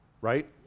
right